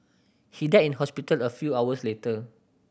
he died in hospital a few hours later